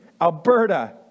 Alberta